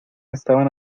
estaban